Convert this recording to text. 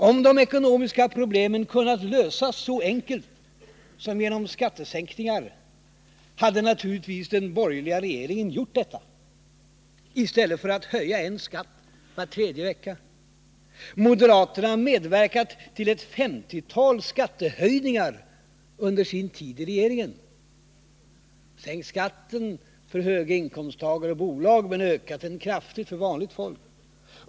Om de ekonomiska problemen kunnat lösas så enkelt som genom skattesänkningar, hade naturligtvis den borgerliga regeringen gjort detta i stället för att höja en skatt var tredje vecka. Moderaterna har medverkat till ett femtiotal skattehöjningar under sin tid i regeringen. Skatten har sänkts för höginkomsttagare och bolag men höjts kraftigt för vanligt folk.